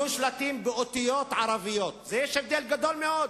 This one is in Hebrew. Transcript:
יהיו שלטים באותיות ערביות, יש הבדל גדול מאוד.